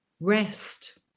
Rest